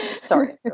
Sorry